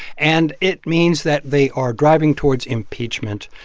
and it means that they are driving towards impeachment,